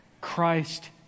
Christ